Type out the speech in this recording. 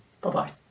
Bye-bye